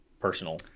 personal